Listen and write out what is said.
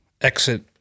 exit